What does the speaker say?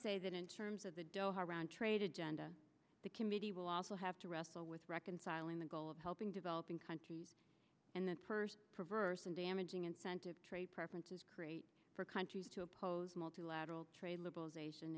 say that in terms of the doha round trade agenda the committee will also have to wrestle with reconciling the goal of helping developing countries in the first perverse and damaging incentive trade preferences create for countries to oppose multilateral trade liberalization